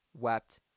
wept